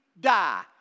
die